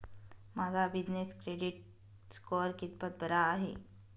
माझा business credit score कितपत बरा आहे?